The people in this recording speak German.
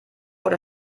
oder